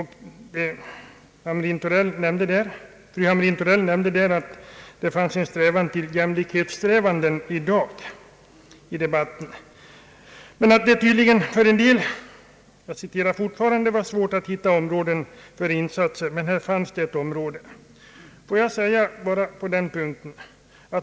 Hon nämnde att det finns en strävan till jämlikhet i de frågor vi behandlar och debatterar, och att det tydligen för en del — jag cite rar fortfarande fru Hamrin-Thorell — var svårt att hitta områden för insatser. Frågan om ett sabbatsår var emellertid ett sådant område.